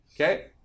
Okay